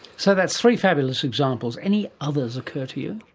so that's three fabulous examples. any others occur to you?